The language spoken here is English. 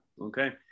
Okay